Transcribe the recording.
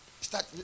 start